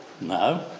No